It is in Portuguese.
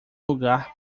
lugar